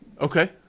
Okay